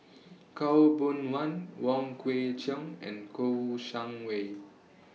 Khaw Boon Wan Wong Kwei Cheong and Kouo Shang Wei